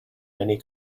many